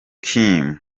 kim